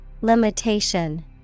Limitation